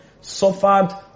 suffered